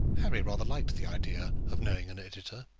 harry rather liked the idea of knowing an editor.